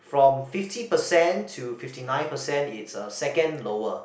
from fifty percent to fifty nine percent it's uh second lower